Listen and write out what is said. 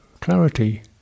clarity